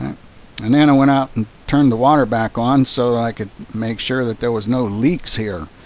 and and went out and turned the water back on so i could make sure that there was no leaks here.